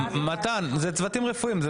מתן, זה צוותים רפואיים.